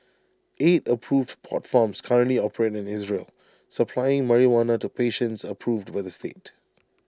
eight approved pot farms currently operate in Israel supplying marijuana to patients approved by the state